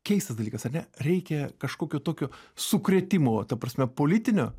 keistas dalykas ar ne reikia kažkokio tokio sukrėtimo ta prasme politinio